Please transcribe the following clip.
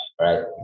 right